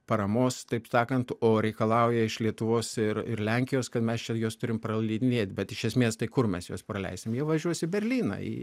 paramos taip sakant o reikalauja iš lietuvos ir ir lenkijos kad mes čia juos turim praleidinėt bet iš esmės tai kur mes juos praleisim jie važiuos į berlyną ir